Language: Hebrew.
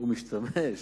הוא משתמש.